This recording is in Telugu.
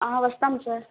వస్తాం సార్